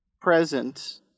present